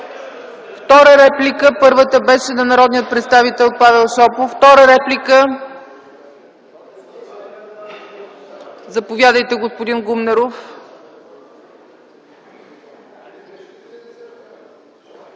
Първата реплика беше на народния представител Павел Шопов. Втора реплика? Заповядайте, господин Гумнеров.